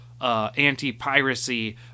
anti-piracy